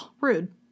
Rude